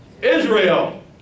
Israel